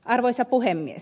arvoisa puhemies